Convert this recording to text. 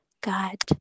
God